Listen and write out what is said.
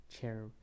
Chair